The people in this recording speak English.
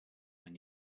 and